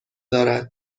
دارد